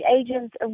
agents